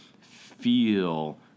feel